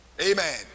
amen